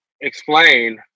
explain